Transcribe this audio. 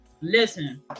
listen